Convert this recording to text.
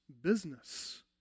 business